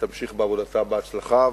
שתמשיך בעבודתה בהצלחה,